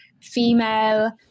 female